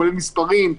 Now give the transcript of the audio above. כולל מספרים,